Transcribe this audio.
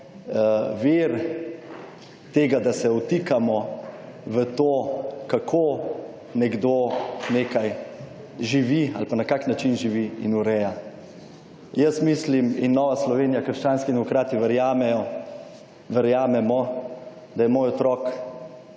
vir tega, da se vtikamo v to kako nekdo nekaj živi ali pa na kakšen način živi in ureja. Jaz mislim in Nova Slovenija-Krščanski demokrati verjamejo, verjamemo, da moj otrok